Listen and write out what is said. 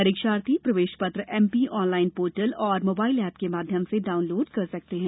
परीक्षार्थी प्रवेश पत्र एमपी ऑनलाइन पोर्टल और मोबाइल एप के माध्यम से डाउनलोड कर सकते हैं